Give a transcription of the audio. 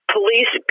police